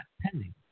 pending